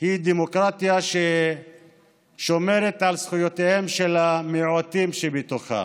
היא דמוקרטיה ששומרת על זכויותיהם של המיעוטים שבתוכה.